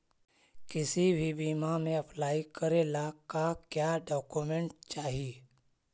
किसी भी बीमा में अप्लाई करे ला का क्या डॉक्यूमेंट चाही?